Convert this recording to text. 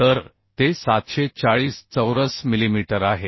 तर ते 740 चौरस मिलीमीटर आहे